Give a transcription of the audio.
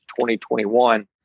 2021